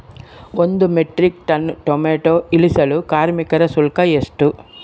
ಒಂದು metric ton tomato ಇಳಿಸಲು ಕಾರ್ಮಿಕರ ಶುಲ್ಕ ಎಷ್ಟು?